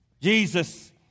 Jesus